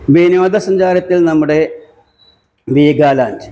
വിനോദസഞ്ചാരത്തില് നമ്മുടെ വീഗാലാന്ഡ്